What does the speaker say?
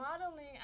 Modeling